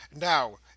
Now